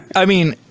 i mean,